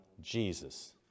Jesus